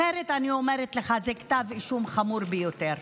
אחרת, אני אומרת לך, זה כתב אישום חמור ביותר.